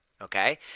okay